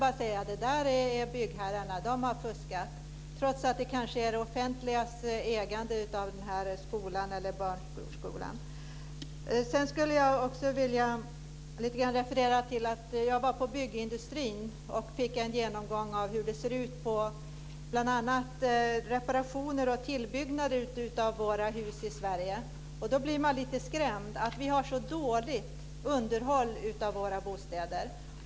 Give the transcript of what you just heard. Ska jag säga att det är byggherrarnas fel, att de har fuskat, trots att det kan bero på det offentliga ägandet av dagiset? Jag var på byggindustrin och fick en genomgång där. Det gällde bl.a. reparationer och tillbyggnader av våra hus i Sverige. Det skrämde mig att det är så dåligt underhåll av våra bostäder.